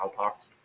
cowpox